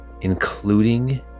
including